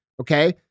Okay